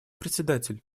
председатель